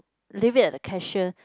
leave it at the cashier